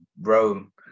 Rome